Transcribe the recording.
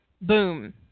Boom